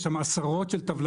יש שמה עשרות של טבלאות,